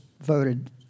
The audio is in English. voted